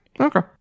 Okay